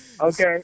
Okay